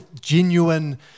genuine